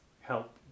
help